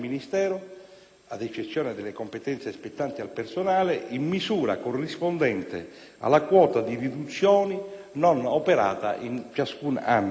ad eccezione delle competenze spettanti al personale, in misura corrispondente alla quota di riduzioni non operata in ciascun anno.